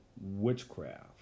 witchcraft